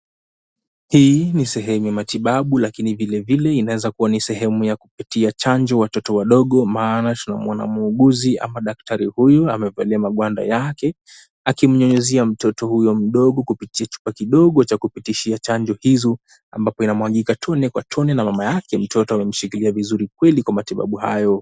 Hii ni sehemu ya matibabu, lakini vilevile inaweza kuwa ni sehemu ya kupitia chanjo watoto wadogo. Maana tuna mwana muuguzi ama daktari huyu, amevalia magwanda yake, akimnyunyizia mtoto huyo mdogo kupitia chupa kidogo cha kupitishia chanjo hizo. Ambapo inamwagika tone kwa tone, na mama yake mtoto amemshikilia vizuri kweli kwa matibabu hayo.